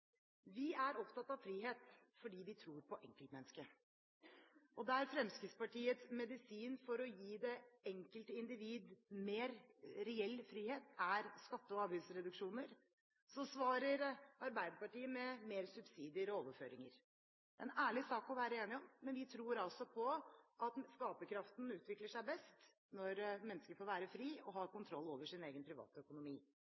Vi er opptatt av frihet fordi vi tror på enkeltmennesket. Der Fremskrittspartiets medisin for å gi det enkelte individ mer reell frihet er skatte- og avgiftsreduksjoner, svarer Arbeiderpartiet med mer subsidier og overføringer. Det er en ærlig sak å være uenige, men vi tror altså på at skaperkraften utvikler seg best når mennesker får være frie og